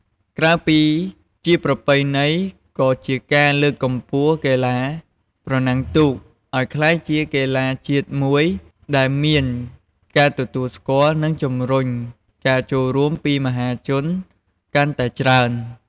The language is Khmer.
ក្រៅពីជាប្រពៃណី ក៏ជាការលើកកម្ពស់កីឡាប្រណាំងទូកឱ្យក្លាយជាកីឡាជាតិមួយដែលមានការទទួលស្គាល់ និងជំរុញការចូលរួមពីមហាជនកាន់តែច្រើន។